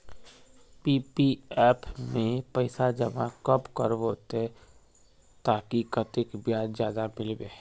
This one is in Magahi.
पी.पी.एफ में पैसा जमा कब करबो ते ताकि कतेक ब्याज ज्यादा मिलबे?